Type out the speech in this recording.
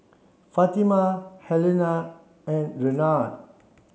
Fatima Helena and Raynard